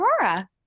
Aurora